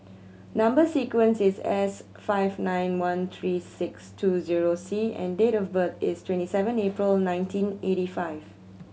number sequence is S five nine one three six two zero C and date of birth is twenty seven April nineteen eighty five